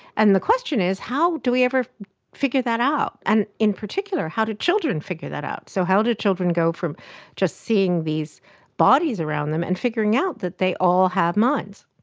and the question is how do we ever figure that out? and in particular how do children figure that out? so how do children go from just seeing these bodies around them and figuring out that they all have minds?